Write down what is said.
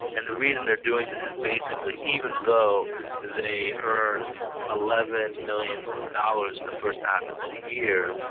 and the reason they're doing this is basically even though they earned eleven million dollars in the first half of the year,